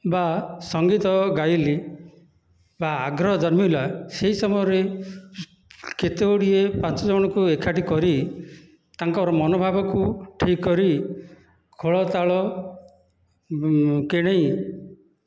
ବା ସଙ୍ଗୀତ ଗାଇଲି ବା ଆଗ୍ରହ ଜନ୍ମିଲା ସେହି ସମୟରେ କେତେଗୁଡ଼ିଏ ପାଞ୍ଚଜଣଙ୍କୁ ଏକାଠି କରି ତାଙ୍କର ମନୋଭାବକୁ ଠିକ୍ କରି ଖୋଳ ତାଳ କିଣେଇ